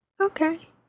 Okay